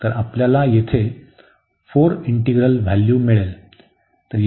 तर आपल्याला तेथे 4 इंटीग्रल व्हॅल्यू मिळेल